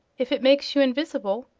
if it makes you invis'ble,